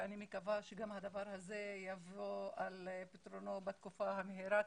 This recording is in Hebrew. ואני מקווה שגם הדבר הזה יבוא על פתרונו בתקופה המהירה,